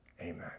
Amen